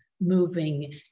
moving